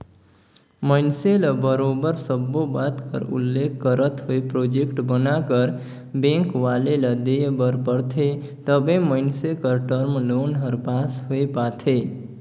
मइनसे ल बरोबर सब्बो बात कर उल्लेख करत होय प्रोजेक्ट बनाकर बेंक वाले ल देय बर परथे तबे मइनसे कर टर्म लोन हर पास होए पाथे